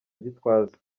gitwaza